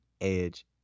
Edge